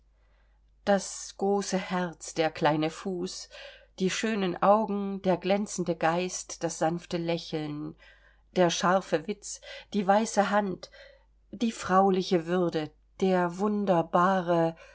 das große herz der kleine fuß die schönen augen der glänzende geist das sanfte lächeln der scharfe witz die weiße hand die frauliche würde der wunderbare